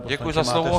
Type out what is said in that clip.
Děkuji za slovo.